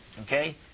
okay